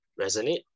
resonate